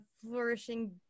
flourishing